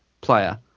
player